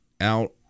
out